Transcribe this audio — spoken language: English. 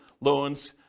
loans